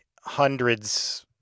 hundreds